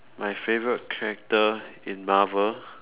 my favourite character in marvel